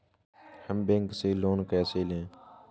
हम बैंक से लोन कैसे लें?